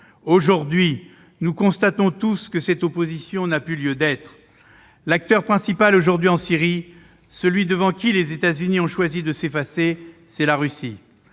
la Russie. Nous constatons tous que cette opposition n'a plus lieu d'être. L'acteur principal aujourd'hui en Syrie, celui devant qui les États-Unis ont choisi de s'effacer, c'est la Russie.